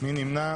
מי נמנע?